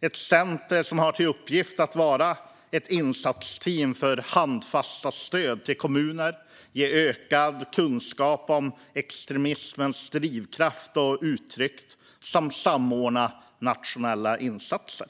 Det är ett centrum som har till uppgift att vara ett insatsteam för att ge handfast stöd till kommuner, ge ökad kunskap om extremismens drivkrafter och uttryck samt samordna nationella insatser.